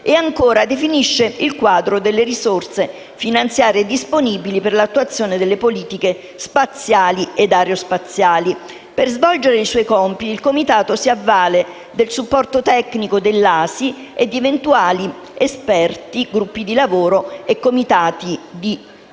ancora, definisce il quadro delle risorse finanziarie disponibili per l'attuazione delle politiche spaziali e aerospaziali. Per svolgere i suoi compiti il Comitato si avvale del supporto tecnico dell'ASI e di eventuali esperti, gruppi di lavoro e comitati di studio.